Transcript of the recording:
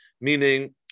meaning